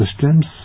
systems